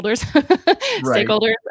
stakeholders